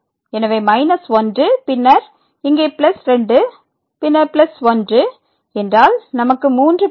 எனவே மைனஸ் 1 பின்னர் இங்கே பிளஸ் 2 பின்னர் பிளஸ் 1 என்றால் நமக்கு 3 கிடைக்கும்